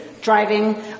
Driving